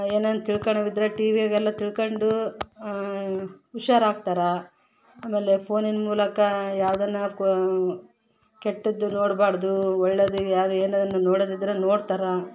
ಏನೇನು ತಿಳ್ಕಳವ್ ಇದ್ರೆ ಟಿ ವ್ಯಾಗ ಎಲ್ಲ ತಿಳ್ಕೊಂಡೂ ಹುಷಾರ್ ಆಗ್ತಾರ ಆಮೇಲೇ ಪೋನಿನ ಮೂಲಕ ಯಾವುದಾನ ಕೆಟ್ಟದ್ದು ನೋಡಬಾಡ್ದು ಒಳ್ಳೇದು ಯಾರು ಏನೇನು ನೋಡೋದಿದ್ರೆ ನೋಡ್ತಾರ